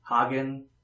Hagen